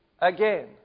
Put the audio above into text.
again